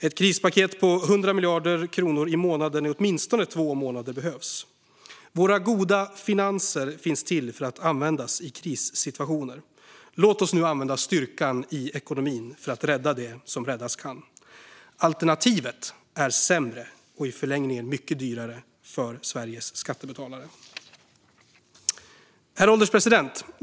Ett krispaket på 100 miljarder kronor i månaden i åtminstone två månader behövs. Våra goda finanser finns till för att användas i krissituationer - låt oss nu använda styrkan i ekonomin för att rädda det som räddas kan! Alternativet är sämre och i förlängningen mycket dyrare för Sveriges skattebetalare. Herr ålderspresident!